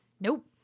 Nope